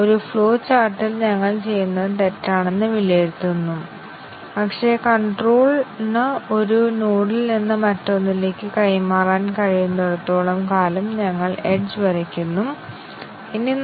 ഉദാഹരണത്തിന് character A ന് തുല്യമോ ക്യാരക്റ്റർ E ന് തുല്യമോ ആണെന്ന ഈ ഉദാഹരണം മാത്രം